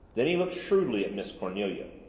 then he looked shrewdly at miss cornelia.